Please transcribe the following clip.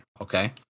Okay